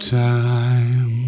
time